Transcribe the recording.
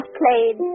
played